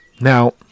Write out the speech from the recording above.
Now